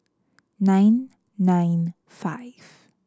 nine nine five